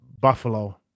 Buffalo